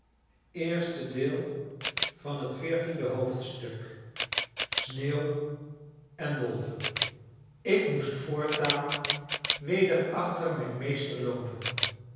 xiv sneeuw en wolven ik moest voortaan weder achter mijn meester loopen